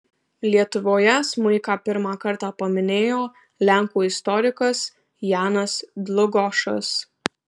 lietuvoje smuiką pirmą kartą paminėjo lenkų istorikas janas dlugošas